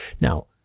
Now